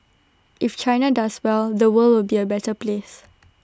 if China does well the world will be A better place